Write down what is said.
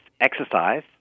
exercise